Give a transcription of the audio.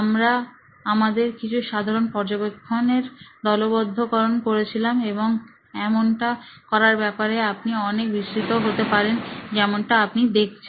আমরা আমাদের কিছু সাধারন পর্যবেক্ষণের দলবদ্ধকরন করেছিলাম এবং এমনটা করার ব্যাপারে আপনি অনেক বিস্তৃত হতে পারেন যেমনটা আপনি দেখছেন